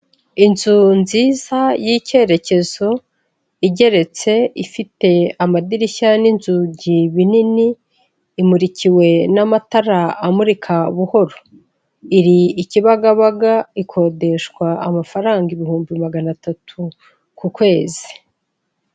Inzu nziza y'icyerekezo, igeretse, ifite amadirishya n'inzugi binini, imurikiwe n'amatara amurika buhoro. Iri i Kibagabaga, ikodeshwa amafaranga ibihumbi magana atatu ku kwezi.